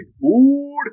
food